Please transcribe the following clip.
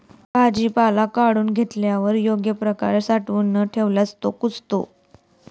भाजीपाला काढून ठेवल्यावर योग्य प्रकारे साठवून न घेतल्यास तो कुजतो